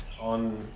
on